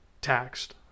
taxed